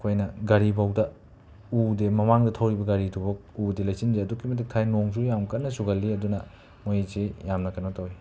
ꯑꯩꯈꯣꯏꯅ ꯒꯥꯔꯤꯐꯥꯎꯗ ꯎꯗꯦ ꯃꯃꯥꯡꯗ ꯊꯧꯔꯤꯕ ꯒꯥꯔꯤꯗꯨꯐꯥꯎ ꯎꯗꯦ ꯂꯩꯆꯤꯟꯁꯦ ꯑꯗꯨꯛꯀꯤ ꯃꯇꯤꯀ ꯊꯥꯏ ꯅꯣꯡꯁꯨ ꯌꯥꯝꯅ ꯀꯟꯅ ꯆꯨꯒꯜꯂꯤ ꯑꯗꯨꯅ ꯃꯣꯏꯁꯦ ꯌꯥꯝꯅ ꯀꯦꯅꯣ ꯇꯧꯋꯦ